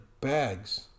bags